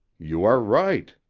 you are right,